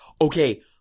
Okay